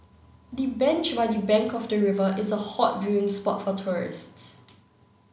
the bench by the bank of the river is a hot viewing spot for tourists